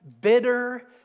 bitter